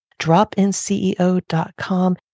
dropinceo.com